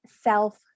self